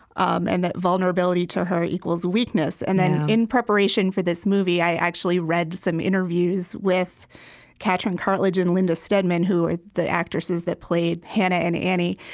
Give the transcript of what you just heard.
um and that vulnerability, to her, equals weakness. and then in preparation for this movie, i actually read some interviews with katrin cartlidge and lynda steadman, who are the actresses that play hannah and annie.